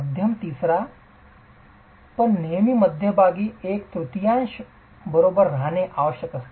मध्यम तिसरा पण नेहमी मध्यभागी एक तृतीयांश बरोबरच राहणे आवश्यक आहे